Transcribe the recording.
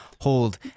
hold